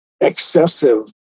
excessive